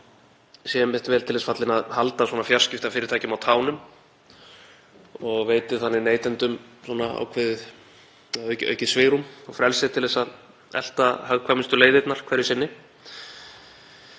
einmitt vel til þess fallinn að halda svona fjarskiptafyrirtækjum á tánum og veiti þannig neytendum ákveðið aukið svigrúm og frelsi til að elta hagkvæmustu leiðirnar hverju sinni.